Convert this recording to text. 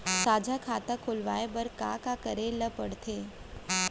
साझा खाता खोलवाये बर का का करे ल पढ़थे?